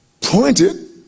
pointed